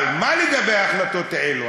אבל מה לגבי ההחלטות האלה?